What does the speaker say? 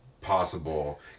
possible